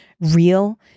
real